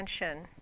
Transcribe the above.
attention